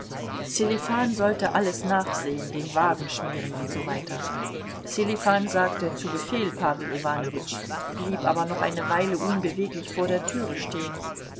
sselifan sollte alles nachsehen den wagen schmieren usw sselifan sagte zu befehl pawel iwanowitsch blieb aber noch eine weile unbeweglich vor der türe stehen